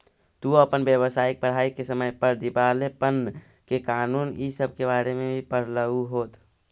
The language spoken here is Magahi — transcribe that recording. तू अपन व्यावसायिक पढ़ाई के समय पर दिवालेपन के कानून इ सब के बारे में भी पढ़लहू होत